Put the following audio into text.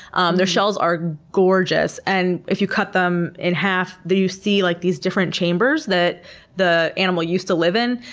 um their shells are gorgeous, and if you cut them in half, you see like these different chambers that the animal used to live in.